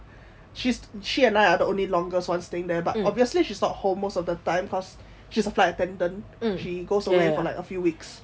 she's she and I are the only longest one staying there but obviously she's not home most of the time cause she's a flight attendant she goes away for like few weeks